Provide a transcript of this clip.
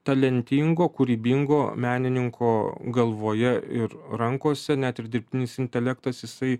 talentingo kūrybingo menininko galvoje ir rankose net ir dirbtinis intelektas jisai